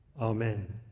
amen